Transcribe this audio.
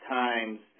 times